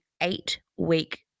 eight-week